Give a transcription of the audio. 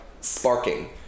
sparking